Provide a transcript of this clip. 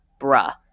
bruh